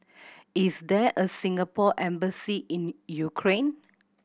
is there a Singapore Embassy in Ukraine